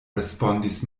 respondis